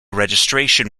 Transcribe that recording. registration